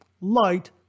light